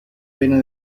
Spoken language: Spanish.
pena